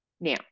Now